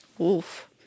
Oof